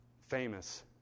famous